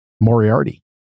moriarty